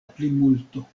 plimulto